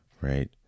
Right